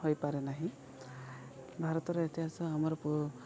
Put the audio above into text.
ହୋଇ ପାରେ ନାହିଁ ଭାରତର ଇତିହାସ ଆମର ପୁ